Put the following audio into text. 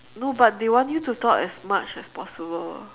no but they want you to talk as much as possible